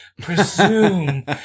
presume